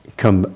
come